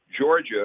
Georgia